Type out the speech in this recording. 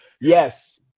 Yes